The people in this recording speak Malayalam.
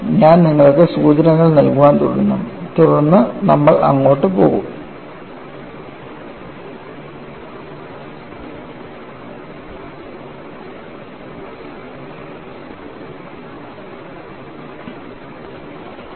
ഞാൻ നിങ്ങൾക്ക് സൂചനകൾ നൽകാൻ തുടങ്ങും തുടർന്ന് നമ്മൾ മുന്നോട്ട് പോകാം